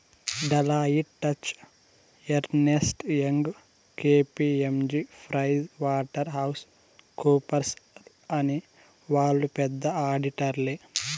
Deloitte, Touche Ernst, Young KPMG Pricewaterhouse కూపర్స్అనే వాళ్ళు పెద్ద ఆడిటర్లే